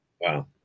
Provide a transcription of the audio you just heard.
Wow